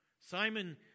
Simon